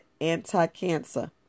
Anti-cancer